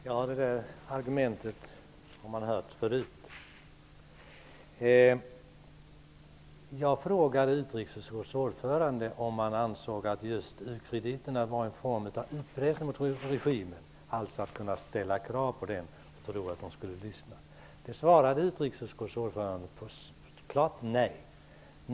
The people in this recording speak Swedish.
Herr talman! Det argumentet har man hört förut. Jag frågade utrikesutskottets ordförande om han ansåg att just u-krediterna var en form av utpressning mot regimen, ett sätt att kunna ställa krav på den. På det svarade utskottets ordförande platt nej.